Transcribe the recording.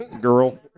girl